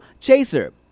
chaser